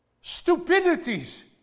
stupidities